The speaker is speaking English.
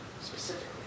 specifically